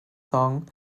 song